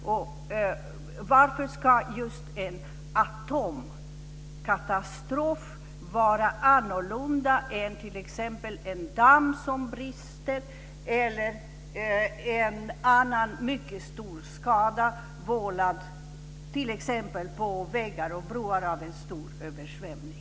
Varför ska just en atomkatastrof vara annorlunda än t.ex. en damm som brister eller en annan mycket stor skada på vägar och broar vållad av en stor översvämning?